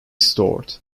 stored